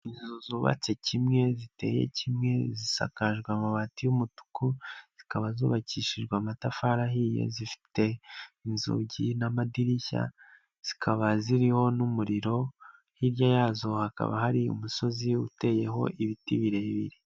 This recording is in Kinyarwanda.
Inzu zubatse kimwe, ziteye kimwe, zisakajwe amabati y'umutuku, zikaba zubakishijwe amatafari ahiye, zifite inzugi n'amadirishya zikaba ziriho n'umuriro, hirya yazo hakaba hari umusozi uteyeho ibiti birebire.